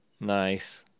Nice